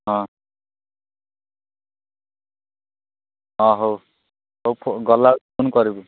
ହଁ ହଁ ହଉ ହଉ ଗଲାବେଳେ ଫୋନ୍ କରିବୁ